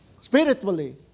Spiritually